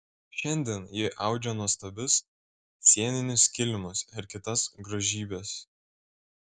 šiandien ji audžia nuostabius sieninius kilimus ir kitas grožybes